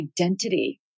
identity